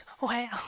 Wow